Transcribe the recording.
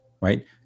right